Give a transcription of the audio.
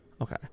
Okay